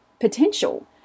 potential